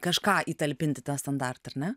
kažką įtalpint į tą standartą ar ne